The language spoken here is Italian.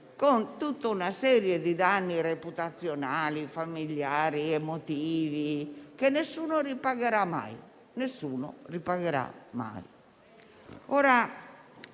con tutta una serie di danni reputazionali, familiari ed emotivi che nessuno ripagherà mai, e ripeto: nessuno ripagherà mai.